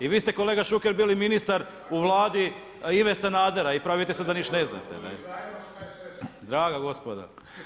I vi ste, kolega Šuker bili ministar u Vladi Ive Sanadera i pravite se da ništa neznate. ... [[Upadica: ne čuje se.]] Draga gospodo.